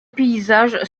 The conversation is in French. paysages